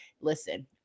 Listen